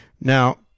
Now